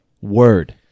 word